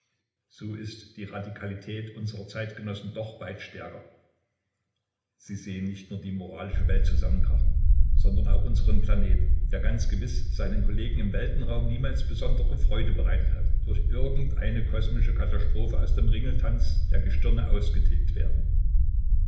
so ist die radikalität unserer zeitgenossen doch weit stärker sie sehen nicht nur die moralische welt zusammenkrachen sondern auch unseren planeten der ganz gewiß seinen kollegen im weltenraum niemals besondere freude bereitet hat durch irgendeine kosmische katastrophe aus dem ringeltanz der gestirne ausgetilgt werden